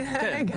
כן,